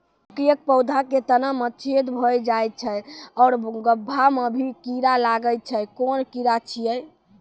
मकयक पौधा के तना मे छेद भो जायत छै आर गभ्भा मे भी कीड़ा लागतै छै कून कीड़ा छियै?